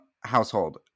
household